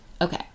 Okay